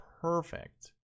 Perfect